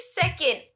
second